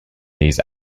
these